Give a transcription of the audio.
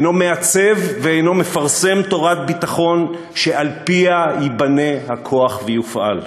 אינו מעצב ואינו מפרסם תורת ביטחון שעל-פיה ייבנה הכוח ויופעל.